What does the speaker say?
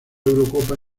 eurocopa